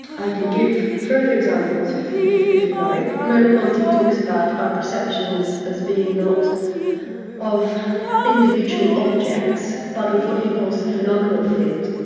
i can give further examples if if you like. merleau-ponty talks about our perceptions as being not of individual objects, but of what he calls the phenomenal field,